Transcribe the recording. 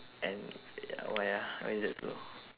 and ya why ah why is that so